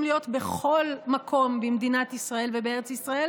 להיות בכל מקום במדינת ישראל ובארץ ישראל,